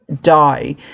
die